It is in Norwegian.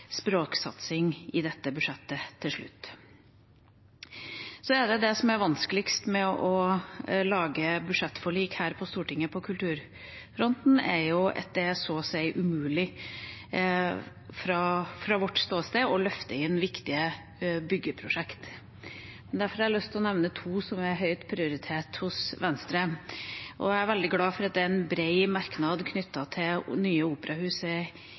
språksatsing i dette budsjettet til slutt. Det som er vanskeligst med å lage budsjettforlik her på Stortinget på kulturfronten, er at det så å si er umulig, fra vårt ståsted, å løfte inn viktige byggeprosjekt. Derfor har jeg lyst til å nevne to som har høy prioritet hos Venstre. Jeg er veldig glad for at det er en bred merknad knyttet til det nye